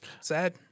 sad